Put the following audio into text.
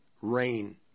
rain